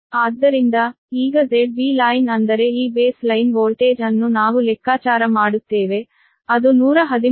ಆದ್ದರಿಂದ ಈಗ ZBline ಅಂದರೆ ಈ ಬೇಸ್ ಲೈನ್ ವೋಲ್ಟೇಜ್ ಅನ್ನು ನಾವು ಲೆಕ್ಕಾಚಾರ ಮಾಡುತ್ತೇವೆ ಅದು 113